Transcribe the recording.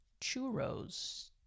churros